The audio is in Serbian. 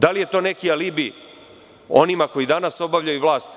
Da li je to neki alibi onima koji danas obavljaju vlast?